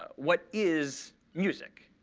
what is music?